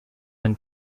and